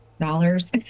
Dollars